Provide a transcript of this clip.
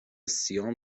سیام